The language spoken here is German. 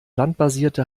landbasierte